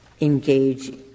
engage